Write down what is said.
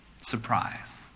surprise